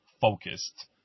focused